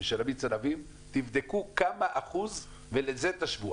ושל מיץ ענבים, תבדקו כמה אחוז, ולזה תשוו.